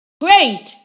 Great